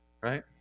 right